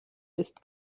ist